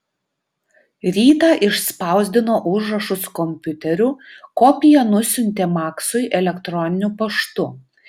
rytą išspausdino užrašus kompiuteriu kopiją nusiuntė maksui elektroniniu paštu